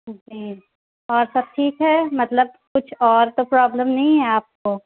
جی اور سب ٹھیک ہے مطلب کچھ اور تو پروبلم نہیں ہے آپ کو